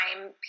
time